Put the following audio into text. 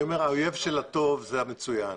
האויב של הטוב הוא המצוין.